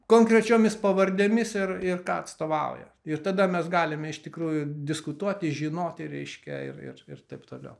konkrečiomis pavardėmis ir ir ką atstovauja ir tada mes galime iš tikrųjų diskutuoti žinoti reiškia ir ir ir taip toliau